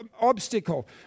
obstacle